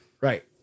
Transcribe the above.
Right